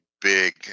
big